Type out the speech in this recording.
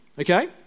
Okay